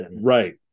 right